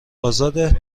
آزاده